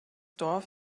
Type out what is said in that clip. dorf